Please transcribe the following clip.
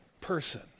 person